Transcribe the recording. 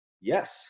Yes